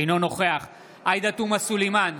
אינו נוכח עאידה תומא סלימאן,